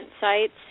sites